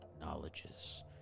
knowledges